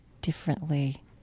differently